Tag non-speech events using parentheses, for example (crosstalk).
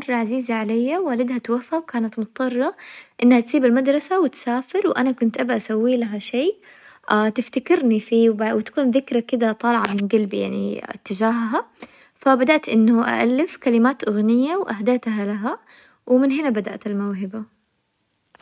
كل شي يعني هي متعبة لكن كل شي ممكن يهون (hesitation) بس لما أشوف ابتسامة المريظ تتغير أحس إنه أغير شخصية بالكامل، ونظرتهم لي إنه أنا سويتلهم شي مرة كبير ويترك في نفسيتهم فتكون نظرتهم مرة جميلة وتعطيني دافع أكمل.